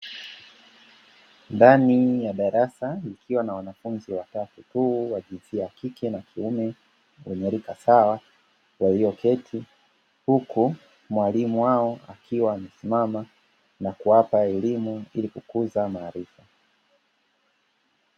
Ndani ya darasa likiwa nawanafunzi watatu tu wajinsia ya wakike na kiume wenye rika sawa walio keti huku mwalimu wao akiwa amesimama nakuwapa elimu ili kukuza maarifa.